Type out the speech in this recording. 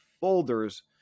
folders